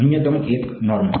ન્યૂનતમ 1 નોર્મ